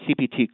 CPT